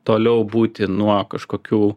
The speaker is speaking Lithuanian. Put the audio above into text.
toliau būti nuo kažkokių